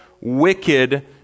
wicked